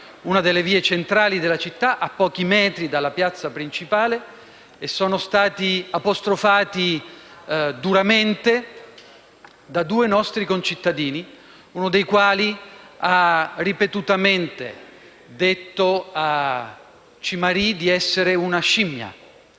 una delle vie centrali della città, a pochi metri dalla piazza principale, e sono stati apostrofati duramente da due nostri concittadini, uno dei quali ha ripetutamente detto a Chinyery di essere una scimmia.